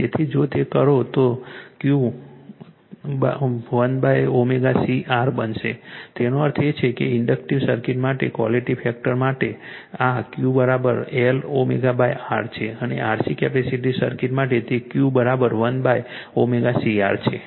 તેથી જો તે કરો તો Q 1ω C R બનશે તેનો અર્થ એ કે ઇન્ડક્ટિવ સર્કિટ માટે ક્વૉલિટી ફેક્ટર માટે આ Q L ω R છે અને RC કેપેસિટીવ સર્કિટ માટે તે Q 1ω C R છે